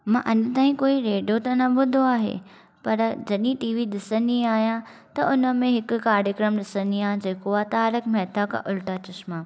मां अञा ताईं कोई रेडियो त न ॿुधो आहे पर जॾहिं टीवी ॾिसंदी आहियां त उन में हिकु कार्यक्रम ॾिसंदी आहियां जेको आहे तारक मेहता का उल्टा चश्मा